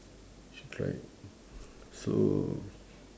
you should try so